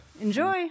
Enjoy